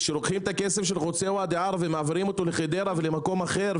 כשלוקחים את הכסף של חוצה ואדי ערה ומעבירים אותו לחדרה או למקום אחר,